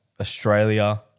Australia